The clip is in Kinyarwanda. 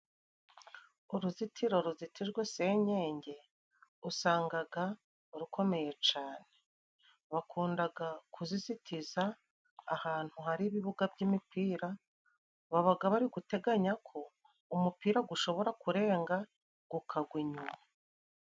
Uruzitiro ruzitijwe senyenge usangaga rukomeye cane bakundaga kuzizitiza ahantu hari ibibuga by'imipira babaga bari guteganya ko umupira gushobora kurenga gukagwa inyuma.